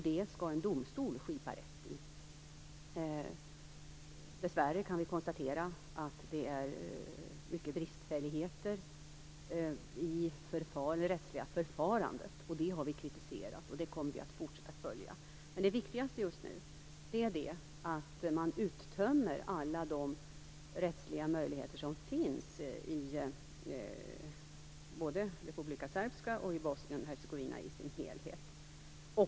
Det skall en domstol skipa rätt i. Dessvärre kan vi konstatera att det finns många bristfälligheter i det rättsliga förfarandet. Det har vi kritiserat, och det kommer vi att fortsätta att följa. Men det viktigaste just nu är att man uttömmer alla de rättsliga möjligheter som finns i både Republika Srbska och Bosnien-Hercegovina i sin helhet.